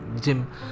gym